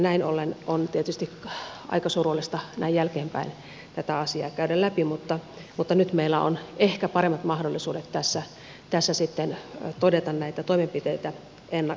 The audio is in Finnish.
näin ollen on tietysti aika surullista näin jälkeenpäin tätä asiaa käydä läpi mutta nyt meillä on ehkä paremmat mahdollisuudet tässä sitten todeta näitä toimenpiteitä ennakoivia toimenpiteitä